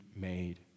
made